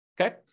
Okay